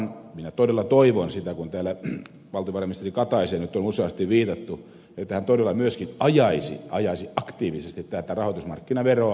minä todella toivon sitä että kun täällä valtiovarainministeri kataiseen nyt on useasti viitattu niin hän todella myöskin ajaisi ajaisi aktiivisesti tätä rahoitusmarkkinaveroa